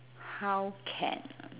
how can